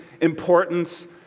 importance